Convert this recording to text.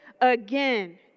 again